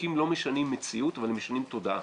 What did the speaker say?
וחוקים לא משנים מציאות, אבל הם משנים תודעה.